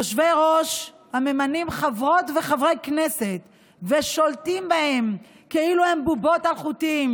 יושבי-ראש ממנים חברות וחברי כנסת ושולטים בהם כאילו הם בובות על חוטים,